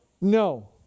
No